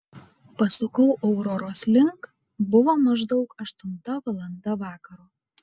pasukau auroros link buvo maždaug aštunta valanda vakaro